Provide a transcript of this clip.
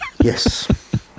Yes